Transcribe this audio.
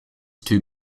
two